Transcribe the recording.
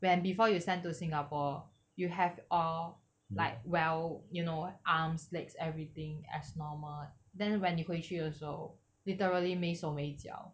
when before you sent to singapore you have or like well you know arms legs everything as normal then when 你回去的时候 literally 没手没脚